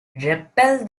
repelled